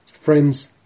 Friends